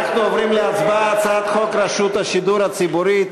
אנחנו עוברים להצבעה הצעת חוק השידור הציבורי,